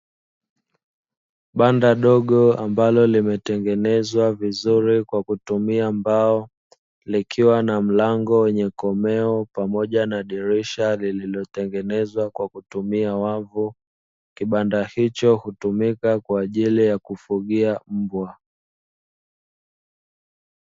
Banda dogo ambalo limetengenezwa vizuri kwa kutumia mbao likiwa na mlango wenye komeo pamoja na dirisha lililotengenezwa kwa kutumia wavu, kibanda hicho hutumika kwa ajili ya kufugia mbwa.